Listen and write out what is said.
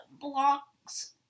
blocks